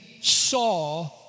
saw